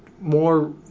more